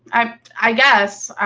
i i guess.